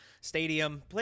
Stadium